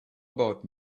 about